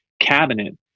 cabinet